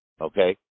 Okay